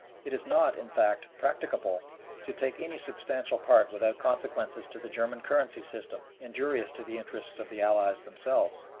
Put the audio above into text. it is not, in fact, practicable to take any substantial part without consequences to the german currency system injurious to the interests of the allies themselves.